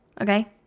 okay